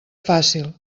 fàcil